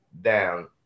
down